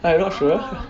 I not sure